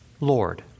Lord